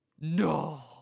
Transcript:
No